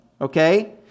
okay